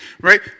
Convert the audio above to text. right